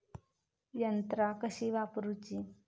यंत्रा कशी वापरूची?